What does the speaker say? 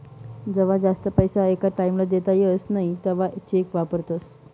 जवा जास्त पैसा एका टाईम ला देता येस नई तवा चेक वापरतस